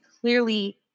clearly